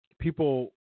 People